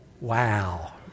Wow